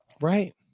Right